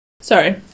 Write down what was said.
Sorry